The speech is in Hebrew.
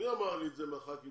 מישהו מחברי הכנסת